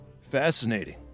Fascinating